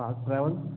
cars travel